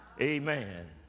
Amen